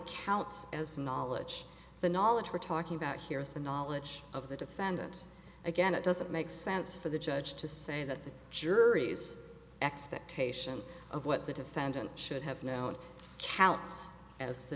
counts as knowledge the knowledge we're talking about here is the knowledge of the defendant again it doesn't make sense for the judge to say that the jury's expectation of what the defendant should have kno